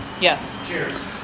yes